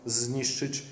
zniszczyć